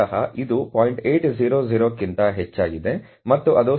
800 ಕ್ಕಿಂತ ಹೆಚ್ಚಾಗಿದೆ ಮತ್ತು ಅದು 781 ರ 0